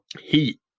Heat